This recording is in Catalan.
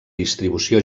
distribució